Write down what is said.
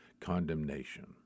condemnation